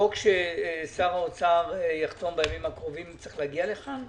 החוק ששר האוצר יחתום בימים הקרובים צריך להגיע לכאן?